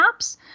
apps